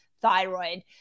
thyroid